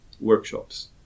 workshops